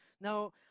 Now